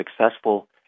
successful